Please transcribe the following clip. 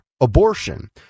Abortion